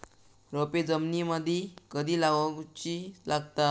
रोपे जमिनीमदि कधी लाऊची लागता?